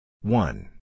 One